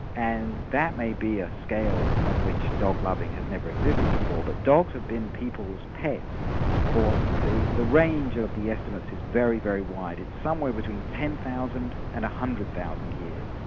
and that may be a scale on which dog-loving has never existed before. but dogs have been people's pets for the the range of the estimates is very, very wide, it's somewhere between ten thousand and one hundred thousand years.